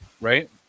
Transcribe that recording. right